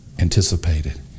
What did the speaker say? anticipated